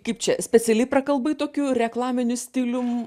kaip čia specialiai prakalbai tokiu reklaminiu stilium